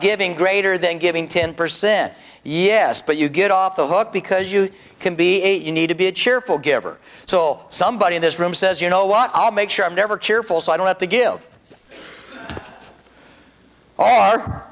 giving greater than giving ten percent yes but you get off the hook because you can be eight you need to be a cheerful giver soul somebody in this room says you know what i'll make sure i'm never cheerful so i don't have to give